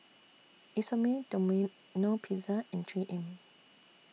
Isomil Domino Pizza and three M